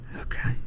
Okay